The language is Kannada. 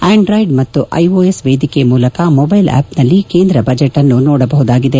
ಅಂಡ್ರಾಯ್ಡ್ ಮತ್ತು ಐಒಎಸ್ ವೇದಿಕೆ ಮೂಲಕ ಮೊಬೈಲ್ ಆಪ್ ನಲ್ಲಿ ಕೇಂದ್ರ ಬಜೆಟ್ ಅನ್ತು ನೋಡಬಹುದಾಗಿದೆ